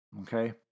okay